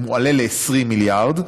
זה מועלה ל-20 מיליארד.